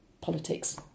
politics